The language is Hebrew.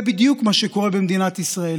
זה בדיוק מה שקורה במדינת ישראל.